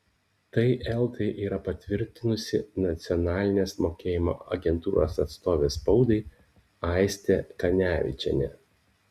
tai eltai yra patvirtinusi nacionalinės mokėjimo agentūros atstovė spaudai aistė kanevičienė